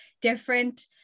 different